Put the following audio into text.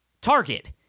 target